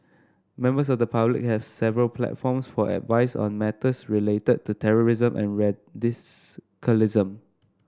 members of the public have several platforms for advice on matters related to terrorism and radicalism